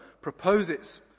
proposes